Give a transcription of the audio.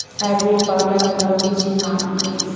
Hybrid করলার ভালো বীজের নাম কি?